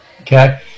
Okay